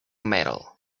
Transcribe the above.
metal